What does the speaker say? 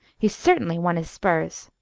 he's certainly won his spurs.